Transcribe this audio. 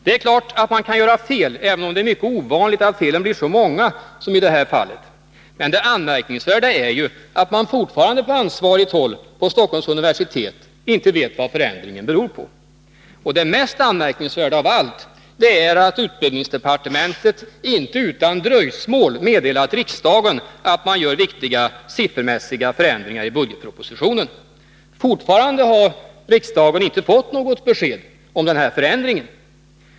Det är klart att man kan göra fel, även om det är mycket ovanligt att felen blir så många som i det här fallet. Men det anmärkningsvärda är ju att man fortfarande på ansvarigt håll på Stockholms universitet inte vet vad förändringen beror på. Och det mest anmärkningsvärda av allt är att utbildningsdepartementet inte utan dröjsmål meddelat riksdagen att man gör viktiga siffermässiga förändringar i budgetpropositionen. Riksdagen har ännu inte fått något besked om den här förändringen.